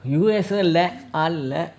U_S இல்ல ஆளு இல்ல:illa aalu illa